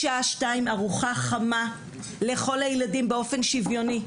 מהשעה שתיים ארוחה חמה לכל הילדים באופן שוויוני,